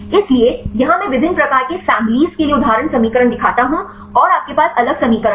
इसलिए यहां मैं विभिन्न प्रकार के फैमिलीज़ के लिए उदाहरण समीकरण दिखाता हूं और आपके पास अलग समीकरण हैं